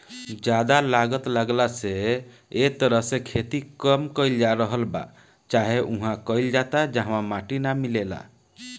ज्यादा लागत लागला से ए तरह से खेती कम कईल जा रहल बा चाहे उहा कईल जाता जहवा माटी ना मिलेला